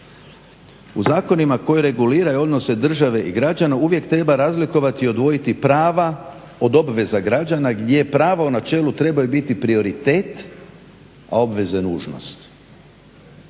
U zakonima koji reguliraju odnose države i građana uvijek treba razlikovati i odvojiti prava od obveza građana gdje prava u načelu trebaju biti prioritet, a obveze nužnost.